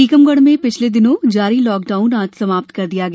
टीकमगढ़ में पिछले दिनों से जारी लाकडाउन आज समाप्त कर दिया गया